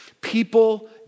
people